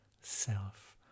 self